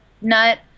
nut